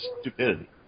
stupidity